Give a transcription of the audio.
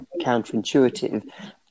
counterintuitive